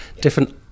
different